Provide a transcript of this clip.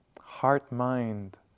heart-mind